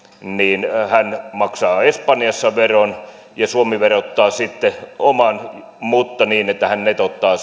niin hän maksaa espanjassa veron ja suomi verottaa sitten oman mutta niin että suomi netottaa